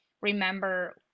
remember